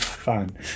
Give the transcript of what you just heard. Fun